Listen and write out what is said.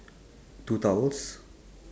two towels